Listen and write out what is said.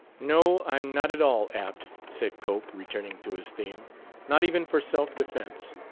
no, i'm not at all apt, said cope, returning to his theme not even for self-defense.